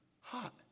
hot